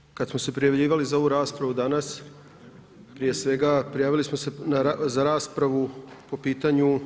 Naravno, kad smo se prijavljivali za ovu raspravu danas, prije svega prijavili smo se za raspravu po pitanju